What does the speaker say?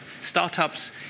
Startups